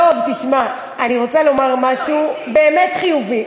דב, תשמע, אני רוצה לומר משהו באמת חיובי.